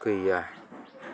गैया